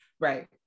Right